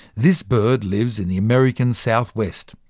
this bird lives in the american southwest,